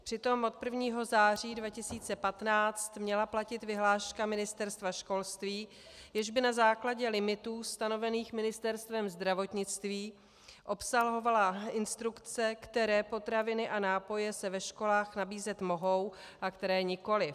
Přitom od 1. září 2015 měla platit vyhláška Ministerstva školství, jež by na základě limitů stanovených Ministerstvem zdravotnictví obsahovala instrukce, které potraviny a nápoje se ve školách nabízet mohou a které nikoliv.